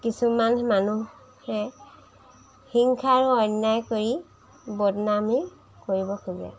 কিছুমান মানুহে হিংসা আৰু অন্যায় কৰি বদনামি কৰিব খোজে